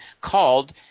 called